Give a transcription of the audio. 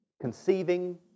conceiving